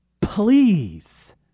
please